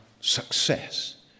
success